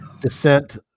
descent